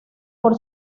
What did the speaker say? por